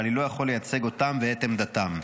ואני לא יכול לייצג אותם ואת עמדתם,